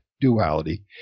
duality